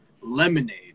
Lemonade